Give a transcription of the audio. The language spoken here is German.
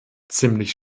ziemlich